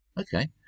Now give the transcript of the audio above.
okay